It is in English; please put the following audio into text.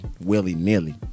willy-nilly